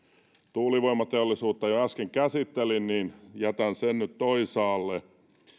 tuulivoimateollisuutta jo äsken käsittelin joten jätän sen nyt toisaalle